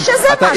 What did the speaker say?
ודאי שזה מה שמנע.